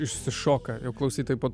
išsišoka jau klausytojai po